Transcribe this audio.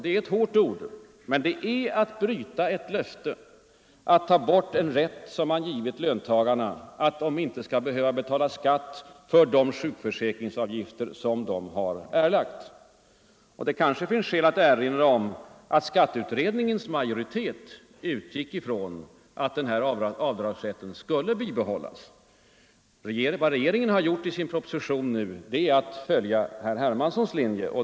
Det är ett hårt ord, men det är att bryta ett löfte att ta bort en rätt som man har givit löntagarna, en utfästelse att de inte skall behöva betala skatt för de sjukförsäkringsavgifter som de har erlagt. Det finns kanske skäl erinra om att skatteutredningens majoritet utgick från att den här avdragsrätten skulle bibehållas. Vad regeringen har gjort i sin proposition nu är att följa herr Hermanssons linje.